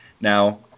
Now